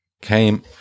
came